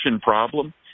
problem